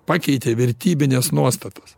pakeitė vertybines nuostatas